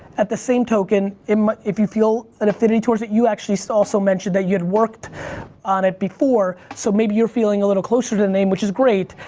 at the same token, if you feel an affinity towards it, you actually also mentioned that you had worked on it before so maybe you're feeling a little closer to the name which is great.